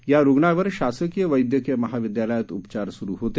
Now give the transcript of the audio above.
या रुग्णांवर शासकीय वैद्यकीय महाविद्यालयात उपचार सुरु होते